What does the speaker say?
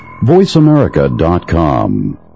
VoiceAmerica.com